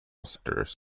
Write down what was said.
sectors